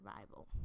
survival